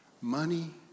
money